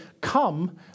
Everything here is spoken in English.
come